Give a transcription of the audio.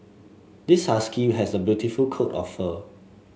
this husky has a beautiful coat of fur